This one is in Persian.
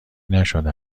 نشده